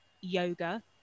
yoga